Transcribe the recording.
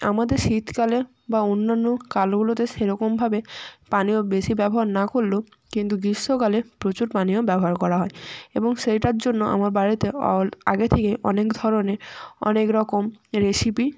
আমাদের শীতকালে বা অন্যান্য কালগুলোতে সেরকমভাবে পানীয় বেশি ব্যবহার না করলেও কিন্তু গ্রীষ্মকালে প্রচুর পানীয় ব্যবহার করা হয় এবং সেইটার জন্য আমার বাড়িতে অল আগে থেকেই অনেক ধরনের অনেক রকম রেসিপি